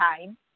time